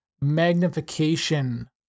magnification